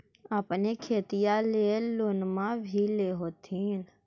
अपने खेतिया ले लोनमा भी ले होत्थिन?